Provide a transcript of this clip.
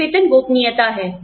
एक वेतन गोपनीयता है